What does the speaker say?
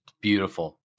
Beautiful